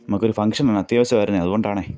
നമുക്കൊര ഫംഗ്ഷനാണ് അത്യാവശ്യമായിരുന്നു അതുകൊണ്ടാണെ